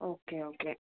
okay okay